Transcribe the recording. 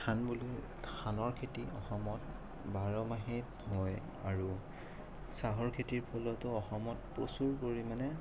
ধান বুলি ধানৰ খেতি অসমত বাৰ মাহেই হয় আৰু চাহৰ খেতিৰ ফলতো অসমত প্ৰচুৰ পৰিমাণে